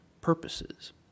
purposes